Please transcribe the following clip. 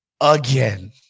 again